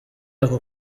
ako